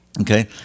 Okay